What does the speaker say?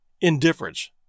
indifference